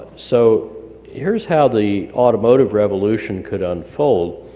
so here's how the automotive revolution could unfold.